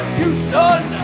Houston